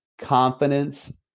confidence